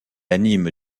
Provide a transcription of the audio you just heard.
anime